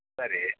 சரி